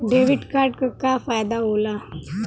Debit card क का फायदा हो ला?